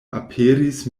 aperis